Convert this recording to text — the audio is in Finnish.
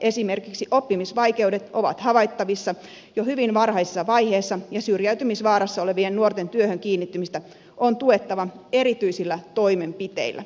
esimerkiksi oppimisvaikeudet ovat havaittavissa jo hyvin varhaisessa vaiheessa ja syrjäytymisvaarassa olevien nuorten työhön kiinnittymistä on tuettava erityisillä toimenpiteillä